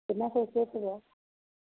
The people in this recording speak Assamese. সেইদিনা সেই শেষ হ'ব আৰু